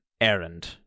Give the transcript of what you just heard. errand